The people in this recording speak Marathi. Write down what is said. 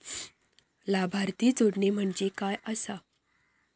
लाभार्थी जोडणे म्हणजे काय आसा?